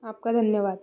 आपका धन्यवाद